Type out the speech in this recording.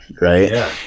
Right